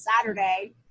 Saturday